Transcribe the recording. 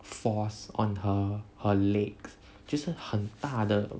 force on her her legs 就是很大的